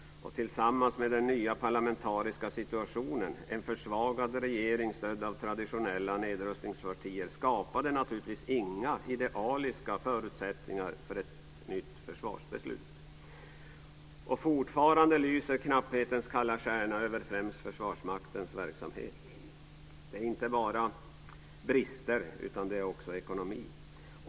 Detta tillsammans med den nya parlamentariska situationen med en försvagad regering stödd av traditionella nedrustningspartier skapade naturligtvis inga förutsättningar för ett nytt försvarsbeslut. Fortfarande lyser knapphetens kalla stjärna över främst Försvarsmaktens verksamhet. Det är inte bara brister utan också ekonomi.